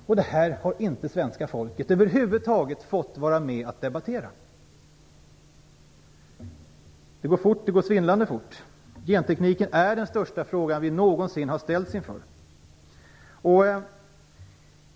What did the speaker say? Och det här har svenska folket över huvud taget inte fått vara med att debattera! Det går fort, det går svindlande fort. Gentekniken är den största frågan som vi någonsin har ställts inför.